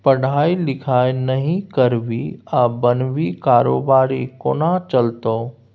पढ़ाई लिखाई नहि करभी आ बनभी कारोबारी कोना चलतौ